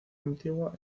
antigua